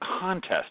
Contest